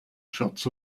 shots